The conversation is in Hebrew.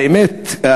האמת,